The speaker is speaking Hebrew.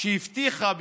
היא הבטיחה,